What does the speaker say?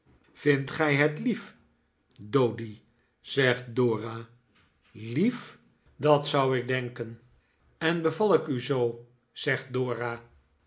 vindt gij het lief doady zegt dora lief dat zou ik denken en beval ik u zoo zegt dora